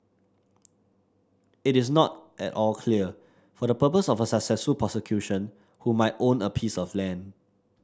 it is not at all clear for the purpose of a successful prosecution who might own a piece of land